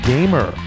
Gamer